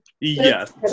yes